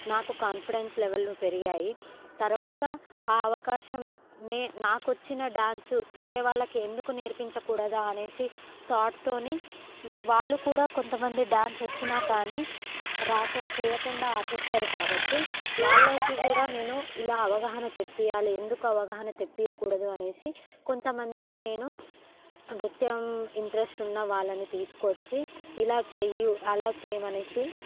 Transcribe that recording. నాకు కాన్ఫిడెన్స్ లెవెల్లు పెరిగాయి తర్వాత ఆ అవకాశం నే నాకు వచ్చిన డాన్స్ వేరే వాళ్ళకి ఎందుకు నేర్పించకూడదా అనేసి థాట్ తోని వాళ్ళు కూడా కొంతమంది డాన్స్ వచ్చినా కానీ రాకు చేయకుండా ఆపేసారు కాబట్టి వాళ్ళకి కూడా నేను ఇలా అవగాహన తెప్పియాలి ఎందుకు అవగాహన తెప్పియకూడదు అనేసి కొంతమందిని నేను నృత్యం ఇంట్రెస్ట్ ఉన్న వాళ్ళని తీసుకువచ్చి ఇలా చేయు అలా చేయమని